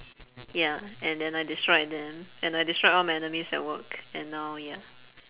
ya and then I destroyed them and I destroyed all my enemies at work and now ya